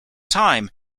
time